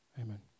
Amen